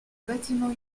bâtiments